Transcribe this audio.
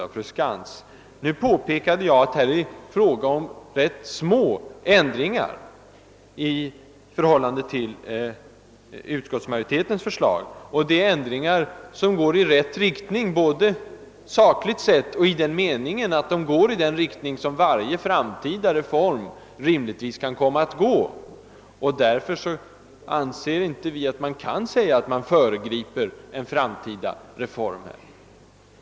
Jag har emellertid påpekat att det är fråga om ganska små förändringar i förhållande till utskottsmajoritetens förslag, och de går i rätt riktning både sakligt och i den meningen, att de ligger i linje med vad varje framtida reform rimligtvis kan komma att innebära. Därför anser vi inte att man kan hävda att reservationen I föregriper en framtida reform.